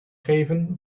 geven